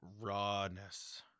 rawness